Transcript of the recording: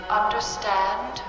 understand